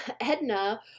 Edna